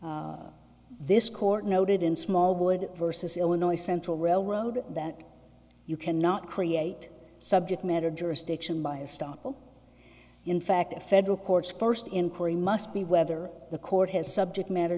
of this court noted in small wood versus illinois central railroad that you cannot create subject matter jurisdiction by a stoppel in fact a federal court's first inquiry must be whether the court has subject matter